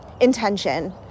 intention